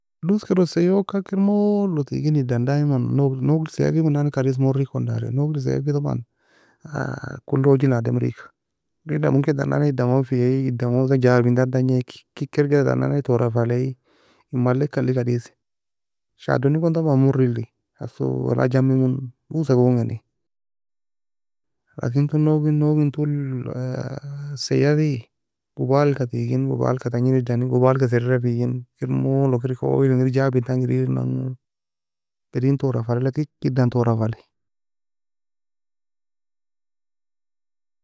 Kadiska eron saiokan kir molo teage edan دايما nouge el nouge el saia femo nan nae kadise nouge ne kon dary nouge el saiafe طبعا kulogina ademriga, ممكن tan nan nae edan gon feiay edan gon hosan jabintan tagni, eka erged tan na nae toura falay maleka alie kadise. Shadoo negon طبعا Morri eli asoo wala jami mu, usa gongeni, لكن nouge en nouge el toul saiafee gubalka teagin, gubalka tagnin edany, gubalka serira fien, kir moleo kir eka oyil engir jabentan giridinango, eren tora falela kik edan tora falli.